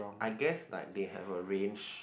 I guess like they have the range